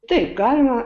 taip galima